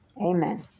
Amen